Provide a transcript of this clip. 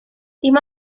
dim